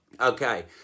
Okay